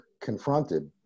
confronted